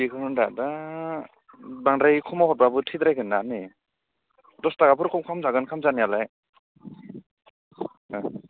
जिखुनो दा दा बांद्राय खमाव हरब्लाबो थैद्रायगोन ना नै दसथाखाफोरखौ खमजागोन खमजानायालाय